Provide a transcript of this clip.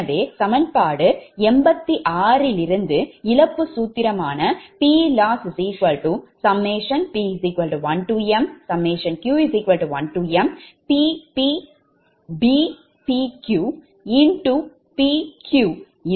எனவே சமன்பாடு 86லிருந்து இழப்பு சூத்திரம் PLossp1mq1mPpPqBpqஇது இழப்பு சூத்திரம் ஆகும்